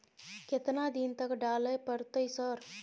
केतना दिन तक डालय परतै सर?